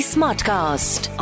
Smartcast